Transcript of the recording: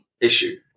issue